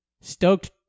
stoked